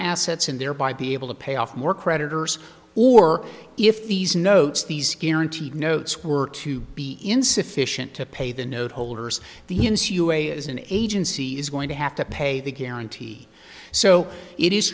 assets and thereby be able to pay off more creditors or if these notes these guaranteed notes were to be insufficient to pay the note holders the ins you a is an agency is going to have to pay the guarantee so it is